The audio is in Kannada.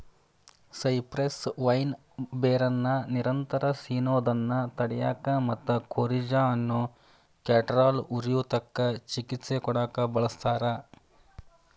ಸೈಪ್ರೆಸ್ ವೈನ್ ಬೇರನ್ನ ನಿರಂತರ ಸಿನೋದನ್ನ ತಡ್ಯಾಕ ಮತ್ತ ಕೋರಿಜಾ ಅನ್ನೋ ಕ್ಯಾಟರಾಲ್ ಉರಿಯೂತಕ್ಕ ಚಿಕಿತ್ಸೆ ಕೊಡಾಕ ಬಳಸ್ತಾರ